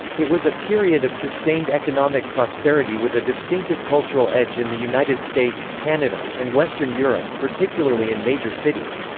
it was a period of sustained economic prosperity with a distinctive cultural edge in the united states, canada, and western europe, europe, particularly in major cities.